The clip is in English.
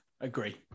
agree